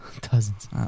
Dozens